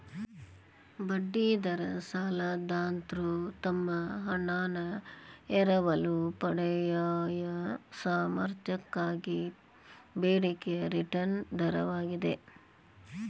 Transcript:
ಬಡ್ಡಿ ದರ ಸಾಲದಾತ್ರು ತಮ್ಮ ಹಣಾನ ಎರವಲು ಪಡೆಯಯೊ ಸಾಮರ್ಥ್ಯಕ್ಕಾಗಿ ಬೇಡಿಕೆಯ ರಿಟರ್ನ್ ದರವಾಗಿದೆ